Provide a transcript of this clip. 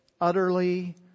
utterly